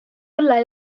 õlle